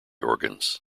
organs